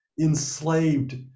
enslaved